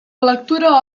lectura